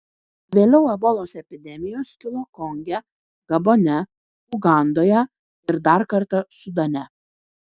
vėliau ebolos epidemijos kilo konge gabone ugandoje ir dar kartą sudane